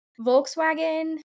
Volkswagen